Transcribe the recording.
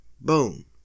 Boom